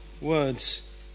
words